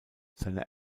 seine